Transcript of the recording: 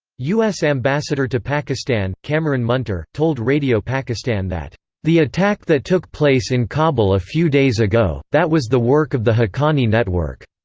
u s. ambassador to pakistan, cameron munter, told radio pakistan that the attack that took place in kabul a few days ago, that was the work of the haqqani network.